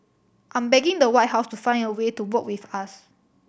I'm begging the White House to find a way to work with us